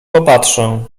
popatrzę